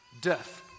death